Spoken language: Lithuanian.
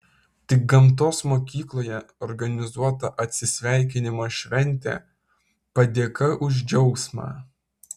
tik gamtos mokykloje organizuota atsisveikinimo šventė padėka už džiaugsmą